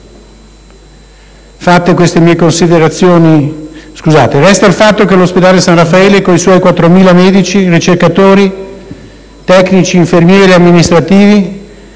Resta il fatto che l'Ospedale San Raffaele, con i suoi 4.000 medici, ricercatori, tecnici, infermieri e amministrativi